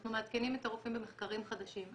אנחנו מעדכנים את הרופאים במחקרים חדשים,